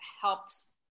helps